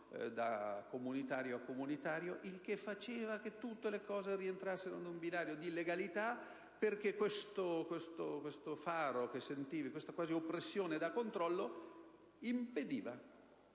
da comunitario a comunitario, il che faceva che tutte le cose rientrassero in un binario di legalità, perché questa oppressione da controllo impediva